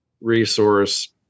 resource